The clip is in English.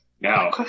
now